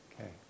Okay